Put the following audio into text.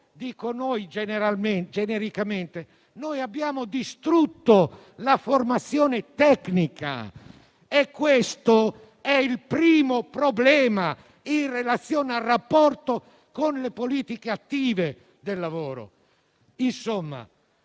dico "noi" genericamente - abbiamo distrutto la formazione tecnica e questo è il primo problema in relazione al rapporto con le politiche attive del lavoro.